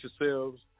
yourselves